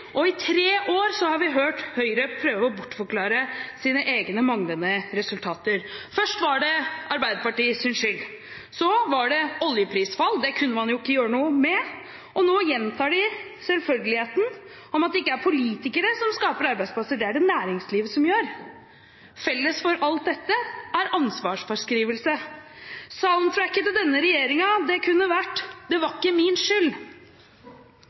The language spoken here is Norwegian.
og i tre år har vi hørt Høyre prøve å bortforklare sine egne manglende resultater. Først var det Arbeiderpartiets skyld. Så var det oljeprisfall – det kunne man jo ikke gjøre noe med. Nå gjentar de selvfølgeligheten om at det ikke er politikere som skaper arbeidsplasser, det er det næringslivet som gjør. Felles for alt dette er ansvarsfraskrivelse. «Soundtracket» til denne regjeringen kunne vært: «Det va’kke min skyld.»